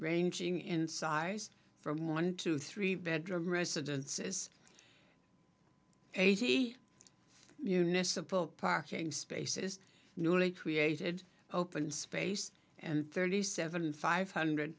ranging in size from one to three bedroom residences eighty unisa pope parking spaces newly created open space and thirty seven five hundred